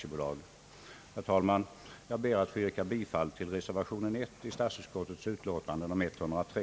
Jag ber, herr talman, att få yrka bifall till reservation 1 i statsutskottets utlåtande nr 103.